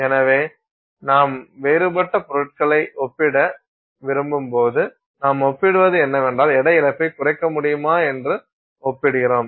எனவே நாம் வேறுபட்ட பொருட்களை ஒப்பிட விரும்பும் போது நாம் ஒப்பிடுவது என்னவென்றால் எடை இழப்பைக் குறைக்க முடியுமா என்று ஒப்பிடுகிறோம்